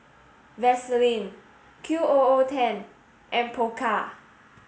Vaseline Q O O Ten and Pokka